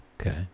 Okay